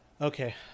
Okay